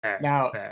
Now